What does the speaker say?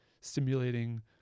stimulating